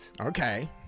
Okay